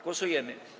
Głosujemy.